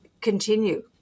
continue